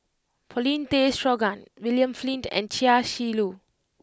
Paulin Tay Straughan William Flint and Chia Shi Lu